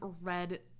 red